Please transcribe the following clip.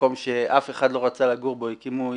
מקום שאף אחד לא רצה לגור בו,